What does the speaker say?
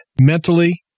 mentally